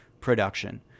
production